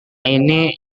ini